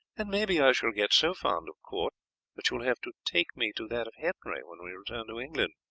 and maybe i shall get so fond of court that you will have to take me to that of henry when we return to england.